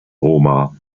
roma